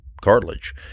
cartilage